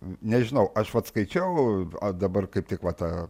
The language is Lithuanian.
nežinau aš vat skaičiau o dabar kaip tik va ta